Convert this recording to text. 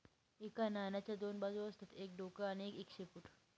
एका नाण्याच्या दोन बाजू असतात एक डोक आणि एक शेपूट